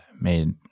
made